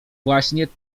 właśnie